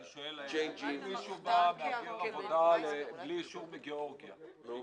אני שואל על מהגר עבודה בלי אישור מגאורגיה למשל.